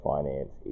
Finance